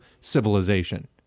civilization